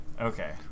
Okay